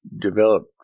developed